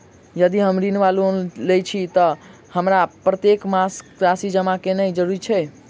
यदि हम ऋण वा लोन लेने छी तऽ हमरा प्रत्येक मास राशि जमा केनैय जरूरी छै?